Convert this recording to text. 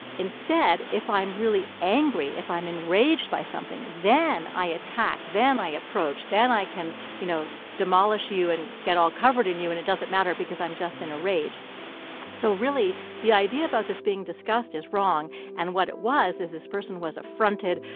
instead, if i'm really angry, if i'm enraged by something, then i attack, then i approach, then i can, you know, demolish you and get all covered in you, and it doesn't matter because i'm just in a rage so really the idea about this being disgust disgust is wrong. and what it was is this person was affronted,